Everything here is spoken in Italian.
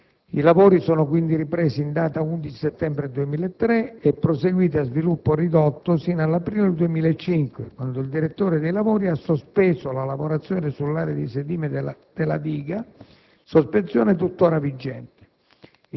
I lavori sono quindi ripresi in data 11 settembre 2003 e proseguiti a "sviluppo ridotto" sino all'aprile del 2005, quando il direttore dei lavori ha sospeso le lavorazione sull'area di sedime della diga, sospensione tuttora vigente.